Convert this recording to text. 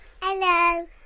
Hello